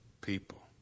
people